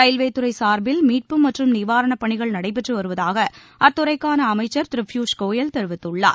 railway துறை சார்பில் மீட்பு மற்றும் நிவாரண பணிகள் நடைபெற்று வருவதாக அத்துறைக்கான அமைச்சர் திரு பியுஷ் கோயல் தெரிவித்துள்ளார்